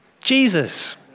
Jesus